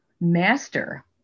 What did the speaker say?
master